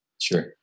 Sure